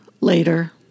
later